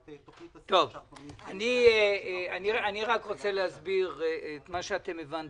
תוכנית --- אני רוצה להסביר את מה שאתם כבר הבנתם.